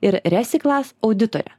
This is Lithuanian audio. ir resiklas auditorė